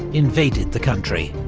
invaded the country.